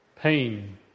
Pain